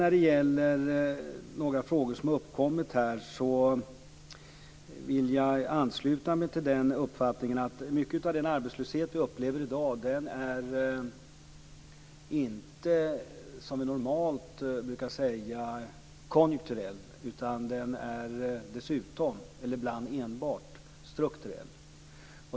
När det sedan gäller några frågor som har uppkommit här vill jag ansluta mig till den uppfattningen att mycket av den arbetslöshet som vi i dag upplever inte är, som vi brukar säga, konjunkturell utan dessutom ibland också enbart strukturell.